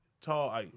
tall